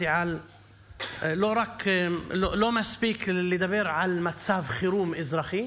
לא מספיק לדבר על מצב חירום אזרחי